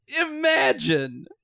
imagine